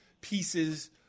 pieces